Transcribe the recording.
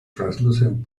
translucent